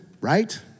right